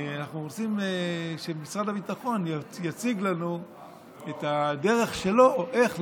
אנחנו רוצים שמשרד הביטחון יציג לנו את הדרך שלו איך,